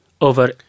over